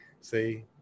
See